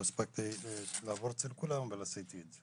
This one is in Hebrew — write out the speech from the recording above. לא הספקתי לעבור אצל כולם אבל עשיתי את זה